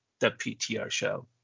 theptrshow